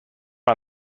are